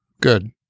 good